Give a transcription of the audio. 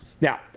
Now